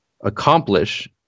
accomplish